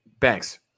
Thanks